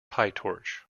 pytorch